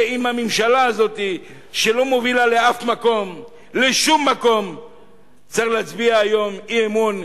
הממשלה הזאת לא מובילה לשום מקום ולכן צריך להצביע היום אי-אמון.